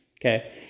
okay